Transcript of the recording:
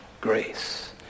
grace